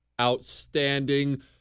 Outstanding